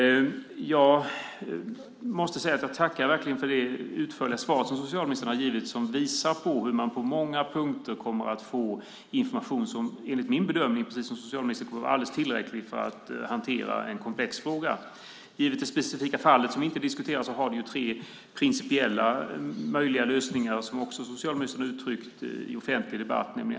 Jag tackar verkligen för det utförliga svar som socialministern har givit, som visar att man på många punkter kommer att få information som enligt min bedömning, precis som socialministern säger, kommer att vara alldeles tillräcklig för att hantera en komplex fråga. I det specifika fallet, som vi inte diskuterar, finns det tre möjliga lösningar, som också socialministern har uttryckt i offentlig debatt.